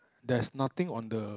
there's nothing on the